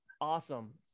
Awesome